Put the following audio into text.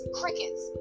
crickets